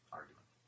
argument